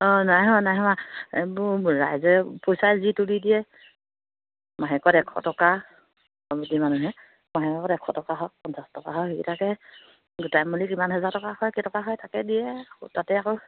অঁ নাই হোৱা নাই হোৱা এইবোৰ ৰাইজে পইচা যি তুলি দিয়ে মাহেকত এশ টকা মানুহে মাহেকত এশ টকা হওক পঞ্চাছ টকা হওক সেইকেইটকাকে গোটাই মেলি কিমান হেজাৰ টকা হয় কেই টকা হয় তাকে দিয়ে তাতে আকৌ